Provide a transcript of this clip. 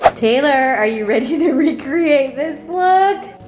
taylor are you ready to recreate this look?